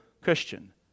Christian